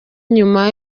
nyuma